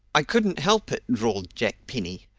i couldn't help it! drawled jack penny.